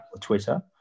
Twitter